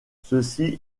ceci